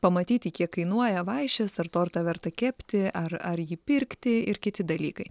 pamatyti kiek kainuoja vaišės ar tortą verta kepti ar ar jį pirkti ir kiti dalykai